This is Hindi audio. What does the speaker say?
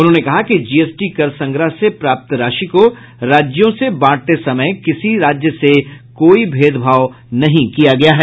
उन्होंने कहा कि जीएसटी कर संग्रह से प्राप्त राशि को राज्यों से बांटते समय किसी राज्य से कोई भेद भाव नहीं किया गया है